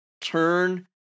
turn